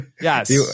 Yes